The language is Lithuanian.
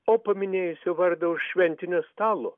o paminėjus jo vardą už šventinio stalo